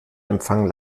empfang